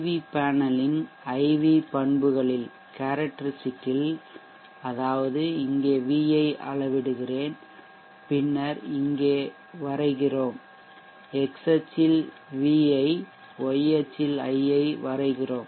we பேனலின் IV பண்புகளில் அதாவது இங்கே V ஐ அளவிடுகிறேன் பின்னர் இங்கே வரைகிறோம் X அச்சில் V ஐ y அச்சில் I ஐ வரைகிறோம்